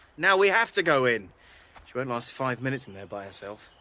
now we have to go in. she won't last five minutes in there by herself.